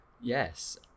Yes